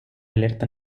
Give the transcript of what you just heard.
alerta